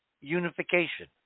unification